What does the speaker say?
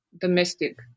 domestic